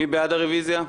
מי בעד הרוויזיה?